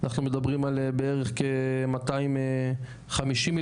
אנחנו מדברים על בערך כ-250 מיליון.